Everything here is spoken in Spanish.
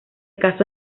casco